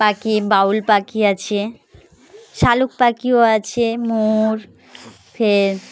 পাখি বাবুই পাখি আছে শালুক পাখিও আছে ময়ূর ফের